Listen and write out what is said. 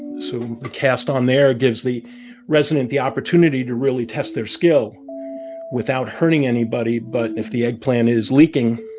and so the cast on there gives the resident the opportunity to really test their skill without hurting anybody. but if the eggplant is leaking,